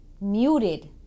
muted